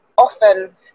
Often